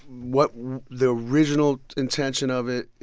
what what the original intention of it,